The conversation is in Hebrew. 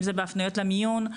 אם זה בהפניות למיון,